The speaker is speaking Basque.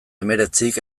hemeretzik